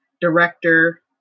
Director